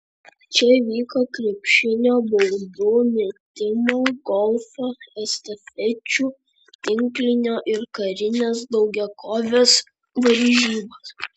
čia vyko krepšinio baudų mėtymo golfo estafečių tinklinio ir karinės daugiakovės varžybos